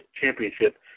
Championship